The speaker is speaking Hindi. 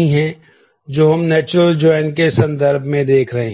रहे हैं